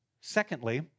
secondly